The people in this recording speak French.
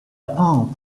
peint